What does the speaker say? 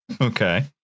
okay